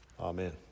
Amen